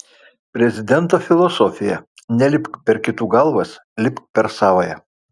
prezidento filosofija nelipk per kitų galvas lipk per savąją